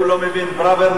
הוא לא מבין את ברוורמן.